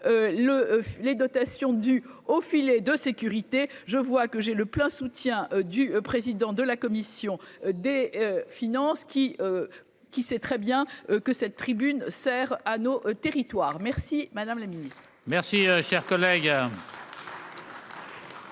les dotations du au filet de sécurité, je vois que j'ai le plein soutien du président de la commission des finances qui qui sait très bien que cette tribune sert à nos territoires merci madame la mise.